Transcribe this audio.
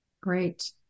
Great